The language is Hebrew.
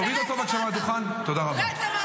תוריד אותו בבקשה מהדוכן, תודה רבה.